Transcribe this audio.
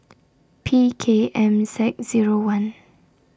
P K M Z Zero one